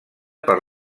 per